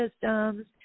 systems